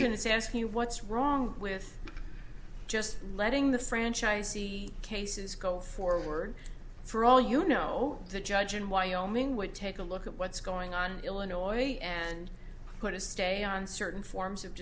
and it's asking what's wrong with just letting the franchise see cases go forward for all you know the judge in wyoming would take a look at what's going on illinois and put a stay on certain forms of